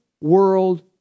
world